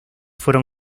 fueron